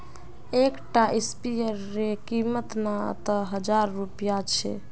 एक टा स्पीयर रे कीमत त हजार रुपया छे